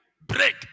break